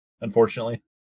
Unfortunately